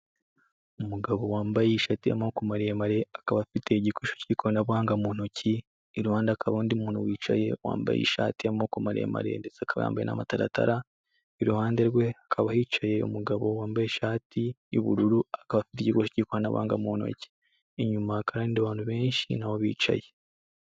Umugabo wambaye ishati y'amaboko maremare akaba afite igikoresho cy'ikoranabuhanga mu ntoki, iruhande hakaba hari undi muntu wicaye wambaye ishati y'amaboko maremare ndetse akaba yambaye n'amataratara, iruhande rwe hakaba hicaye umugabo wambaye ishati y'ubururu ,akaba afite igikore cy'ikoranabuhanga mu ntoki. Inyuma kandi abantu benshi niho bicaye.